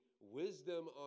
wisdom